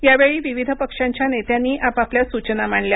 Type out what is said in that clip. यावेळी विविध पक्षांच्या नेत्यांनी आपापल्या सूचना मांडल्या